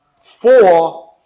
Four